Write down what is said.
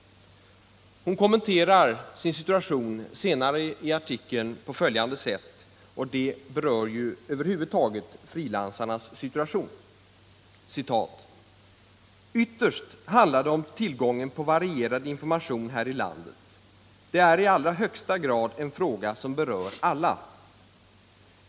Hon kommenterar sin situation senare i artikeln på följande sätt — och det berör över huvud taget frilansarnas situation: ”Ytterst handlar det om tillgången på varierad information här i landet. Det är i allra högsta grad en fråga: som berör alla.